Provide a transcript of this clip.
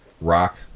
Rock